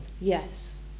Yes